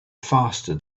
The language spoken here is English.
faster